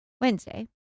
Wednesday